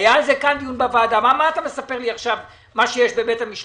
היה על זה כאן דיון בוועדה - מה אתה מספר לי עכשיו מה שיש בבית-המשפט?